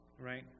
Right